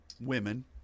women